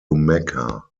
mecca